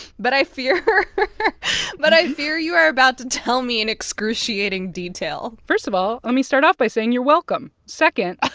but i fear but i fear you are about to tell me in excruciating detail. first of all, let me start off by saying you're welcome. second,